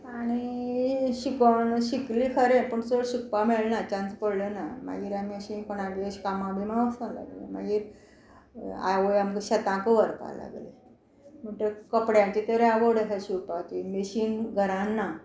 आनी शिकोण शिकली खरें पूण चड शिकपा मेळना चान्स पडलो ना मागीर आमी अशीं कोणागे अशीं कामां बिमा वचूंक लागलीं मागीर आवय आमकां शेताकूय व्हरपा लागली म्हणटक कपड्यांची तर आवड आसा शिंवपाची मिशीन घरान ना